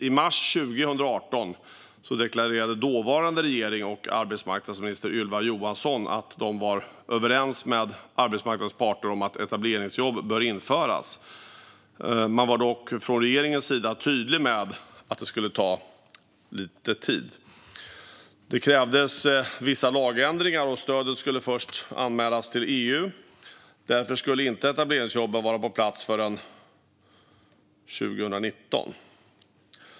I mars 2018 deklarerade dåvarande regering och arbetsmarknadsminister Ylva Johansson att de var överens med arbetsmarknadens parter om att etableringsjobb bör införas. Man var dock från regeringens sida tydlig med att det skulle ta lite tid. Det krävdes vissa lagändringar, och stödet skulle först anmälas till EU. Därför skulle inte etableringsjobben vara på plats förrän 2019.